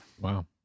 Wow